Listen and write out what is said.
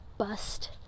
bust